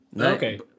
Okay